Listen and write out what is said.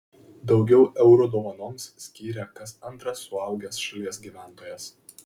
daugiau eurų dovanoms skyrė kas antras suaugęs šalies gyventojas